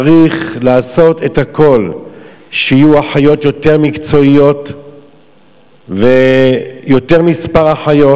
צריך לעשות הכול כדי שיהיו אחיות יותר מקצועיות ויותר אחיות,